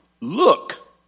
Look